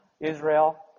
Israel